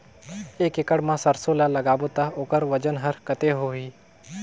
एक एकड़ मा सरसो ला लगाबो ता ओकर वजन हर कते होही?